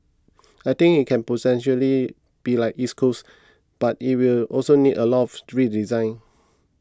I think it can potentially be like East Coast but it will also need a lot of redesign